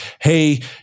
Hey